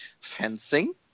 fencing